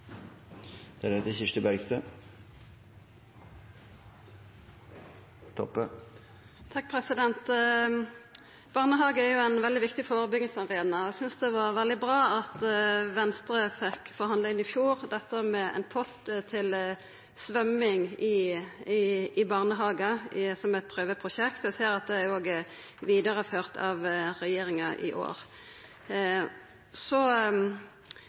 ein veldig viktig førebyggingsarena. Eg synest det var veldig bra at Venstre fekk forhandla inn i fjor ein pott til symjing i barnehagar som eit prøveprosjekt. Eg ser at det er vidareført av regjeringa i år. Så